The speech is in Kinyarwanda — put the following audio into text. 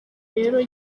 rero